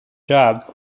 job